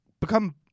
become